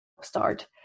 start